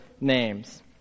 names